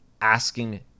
asking